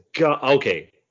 okay